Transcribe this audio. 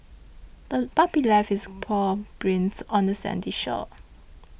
the puppy left its paw prints on the sandy shore